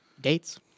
Dates